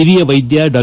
ಹಿರಿಯ ವೈದ್ಯ ಡಾ